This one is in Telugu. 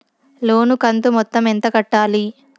లోను కంతు మొత్తం ఎంత కట్టాలి?